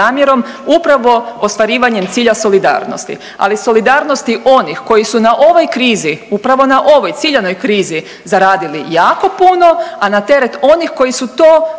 upravo ostvarivanjem cilja solidarnosti, ali solidarnosti onih koji su na ovoj krizi, upravo na ovoj ciljanoj krizi zaradili jako puno a na teret onih koji su to